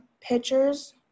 pictures